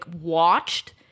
watched